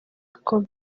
uko